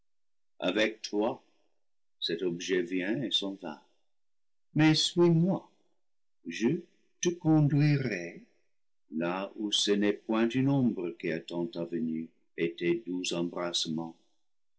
avec toi cet objet vient et s'en va mais suis-moi je te conduirai là où ce n'est point une ombre qui attend ta venue et tes doux embrassements